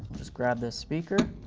just grab this speaker,